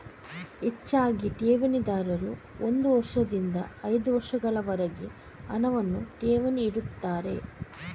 ಹೆಚ್ಚಾಗಿ ಠೇವಣಿದಾರರು ಒಂದು ವರ್ಷದಿಂದ ಐದು ವರ್ಷಗಳವರೆಗೆ ಹಣವನ್ನ ಠೇವಣಿ ಇಡ್ತಾರೆ